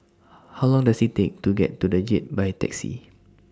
How Long Does IT Take to get to The Jade By Taxi